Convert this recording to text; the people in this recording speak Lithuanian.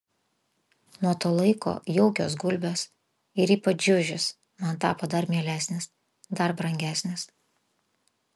nuo to laiko jaukios gulbės ir ypač žiužis man tapo dar mielesnis dar brangesnis